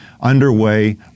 underway